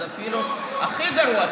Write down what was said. אז אפילו הכי גרוע,